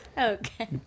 Okay